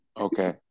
okay